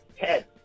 head